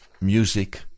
music